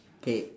K